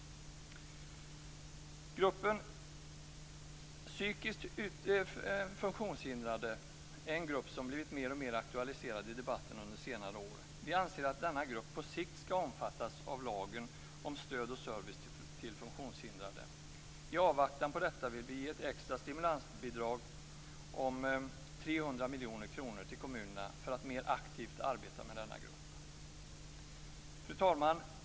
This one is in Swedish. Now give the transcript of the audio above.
Gruppen psykiskt funktionshindrade är en grupp som blivit mer och mer aktualiserad i debatten under senare år. Vi anser att denna grupp på sikt skall omfattas av lagen om stöd och service till funktionshindrade. I avvaktan på detta vill vi ge ett extra stimulansbidrag om 300 miljoner kronor till kommunerna för att mer aktivt arbeta med denna grupp. Fru talman!